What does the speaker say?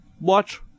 Watch